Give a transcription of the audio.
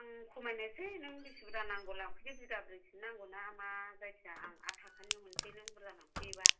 आं खमायनोसै नों बिसि बुरजा नांगौ लांफैदो बिगाब्रैसो नांगौ मा जायखिया आं आथ थाखानि हरनोसै नों बुरजा लांफैयोबा